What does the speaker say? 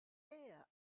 beer